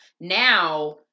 Now